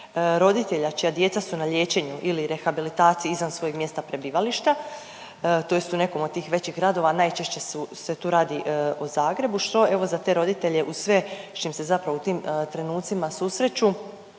roditelja čija djeca su na liječenju ili rehabilitaciji izvan svojeg mjesta prebivališta tj. u nekom od tih većih gradova, a najčešće se tu radi o Zagrebu što evo za te roditelje uz sve s čim se zapravo u tim trenucima susreću